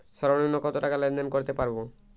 সর্বনিম্ন কত টাকা লেনদেন করতে পারবো?